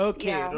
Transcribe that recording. Okay